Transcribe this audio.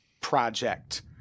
project